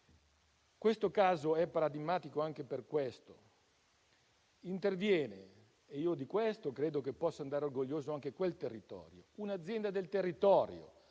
Questo caso è paradigmatico anche perché interviene - e di questo credo che possa andare orgoglioso anche quel territorio - un'azienda del territorio